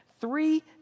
three